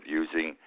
using